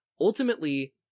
Ultimately